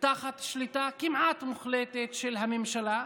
תחת שליטה כמעט מוחלטת של הממשלה.